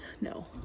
No